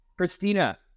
Christina